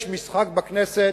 יש משחק בכנסת,